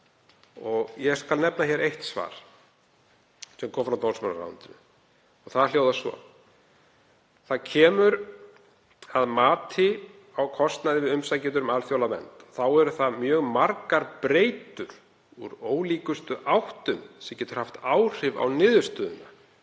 Ég skal nefna eitt svar sem kom frá dómsmálaráðuneytinu. Það hljóðar svo: Þegar kemur að mati á kostnaði við umsækjendur um alþjóðlega vernd eru það mjög margar breytur úr ólíkustu áttum sem geta haft áhrif á niðurstöðu.